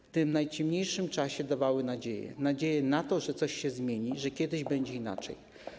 W tym najciemniejszym czasie dawały nadzieję, nadzieję na to, że coś się zmieni, że kiedyś będzie inaczej.